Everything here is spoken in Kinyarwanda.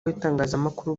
w’itangazamakuru